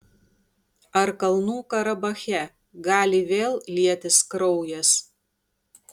ar kalnų karabache gali vėl lietis kraujas